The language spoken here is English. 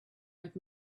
with